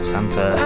Santa